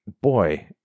boy